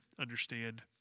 understand